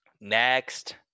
next